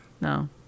No